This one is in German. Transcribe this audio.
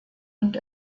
und